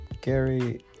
Gary